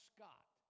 Scott